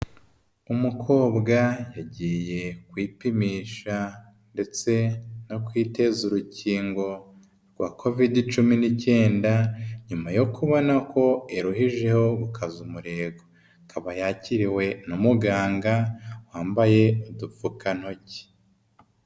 Umukobwa yagiye kwipimisha ndetse no kwiteza urukingo rwa kovidi cumi n'icyenda, nyuma yo kubona ko iruhijeho gukaza umurego, ikaba yakiriwe n'umuganga wambaye udupfukantoki.